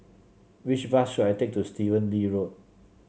which bus should I take to Stephen Lee Road